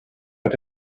but